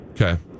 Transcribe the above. Okay